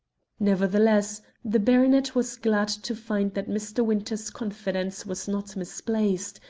nevertheless the baronet was glad to find that mr. winter's confidence was not misplaced,